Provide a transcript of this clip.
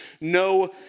no